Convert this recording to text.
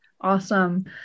Awesome